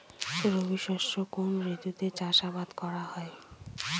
রবি শস্য কোন ঋতুতে চাষাবাদ করা হয়?